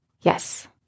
Yes